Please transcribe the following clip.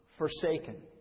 forsaken